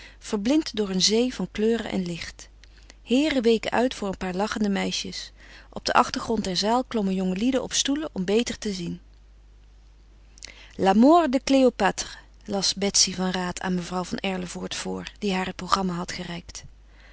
verblind door een zee van kleuren en licht heeren weken uit voor een paar lachende meisjes op den achtergrond der zaal klommen jongelieden op stoelen om beter te zien la mort de cléopâtre las betsy van raat aan mevrouw van erlevoort voor die haar het programma had gereikt